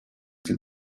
can